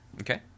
Okay